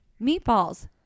Meatballs